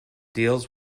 deals